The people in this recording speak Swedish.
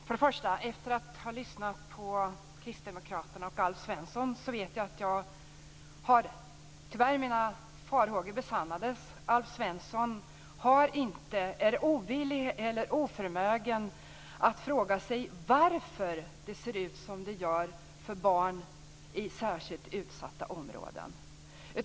Fru talman! Efter att ha lyssnat på kristdemokraterna och Alf Svensson vet jag att mina farhågor tyvärr besannades. Alf Svensson är ovillig eller oförmögen att fråga sig varför det ser ut som det gör för barn i särskilt utsatta områden.